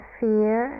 fear